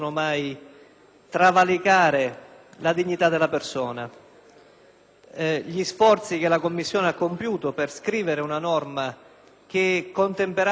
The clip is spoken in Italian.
Gli sforzi che le Commissioni hanno compiuto per scrivere una norma che contemperasse il diritto di alcuni con il diritto di tutti sono notevoli e apprezzabili,